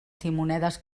timonedes